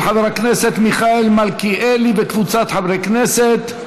של חבר הכנסת מיכאל מלכיאלי וקבוצת חברי הכנסת.